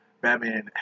Batman